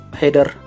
header